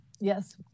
Yes